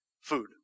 food